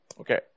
Okay